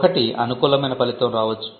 ఒకటి అనుకూలమైన ఫలితం రావచ్చు